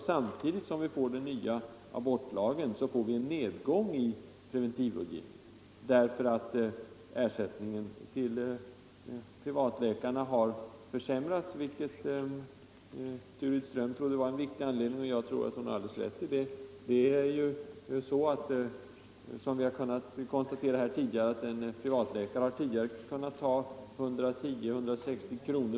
Samtidigt med den nya abortlagen får vi alltså en nedgång i preventivrådgivningen därför att ersättningen till privatläkarna har försämrats. Fru Ström trodde att det var en viktig anledning, och jag tror också att hon har alldeles rätt i det. Vi har ju kunnat konstatera att en privatläkare tidigare har tagit mellan 110 och 160 kr.